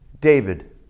David